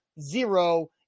zero